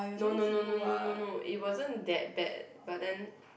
no no no no no no it wasn't that bad but then